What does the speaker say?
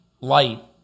light